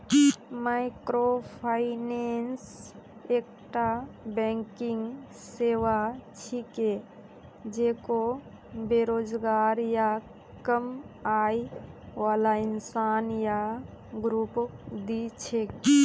microfinance एकता banking सेवा छिके जेको बेरोजगार या कम आय बाला इंसान या ग्रुपक दी छेक